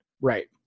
Right